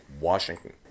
Washington